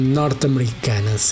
norte-americana